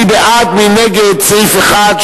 מי בעד ומי נגד סעיף 1,